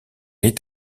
est